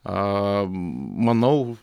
aaa manau